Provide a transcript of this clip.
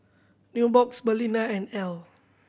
Nubox Balina and Elle